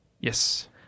Yes